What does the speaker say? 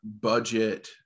budget